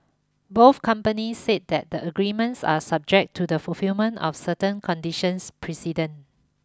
both companies said that the agreements are subject to the fulfilment of certain conditions precedent